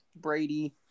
Brady